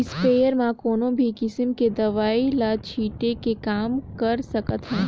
sprayer म कोनो भी किसम के दवई ल छिटे के काम कर सकत हे